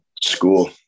School